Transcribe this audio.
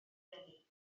eni